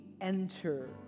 enter